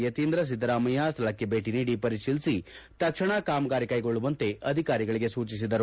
ಯತೀಂದ್ರ ಸಿದ್ದರಾಮಯ್ಯ ಸ್ಥಳಕ್ಕೆ ಭೇಟಿ ನೀಡಿ ಪರಿತೀಲಿಸಿ ತಕ್ಷಣ ಕಾಮಗಾರಿ ಕೈಗೊಳ್ಳುವಂತೆ ಅಧಿಕಾರಿಗಳಿಗೆ ಸೂಚಿಸಿದರು